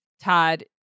Todd